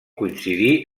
coincidí